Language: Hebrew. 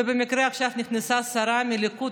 ובמקרה עכשיו נכנסה שרה מהליכוד.